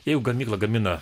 jeigu gamykla gamina